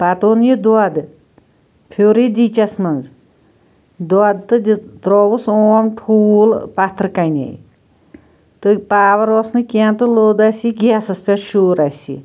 پَتہٕ اوٚن یہِ دۄد پھیُر یہِ دیٖچَس مَنٛز دۄد تہٕ دِژ ترٛووُس اوم ٹھوٗل پَتھرٕ کَنے تہٕ پاوَر اوس نہٕ کیٚنٛہہ تہٕ لوٚد اَسہِ یہِ گیسَس پٮ۪ٹھ شور اَسہِ یہِ